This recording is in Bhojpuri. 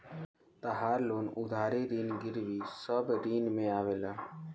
तहार लोन उधारी ऋण गिरवी सब ऋण में आवेला